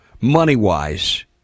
money-wise